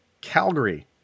Calgary